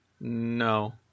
No